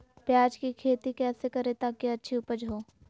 प्याज की खेती कैसे करें ताकि अच्छी उपज हो?